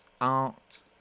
art